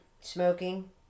smoking